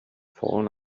fallen